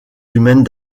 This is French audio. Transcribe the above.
humaines